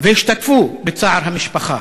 והשתתפו בצער המשפחה.